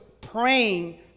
praying